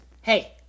hey